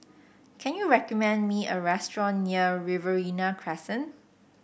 can you recommend me a restaurant near Riverina Crescent